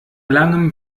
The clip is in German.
langem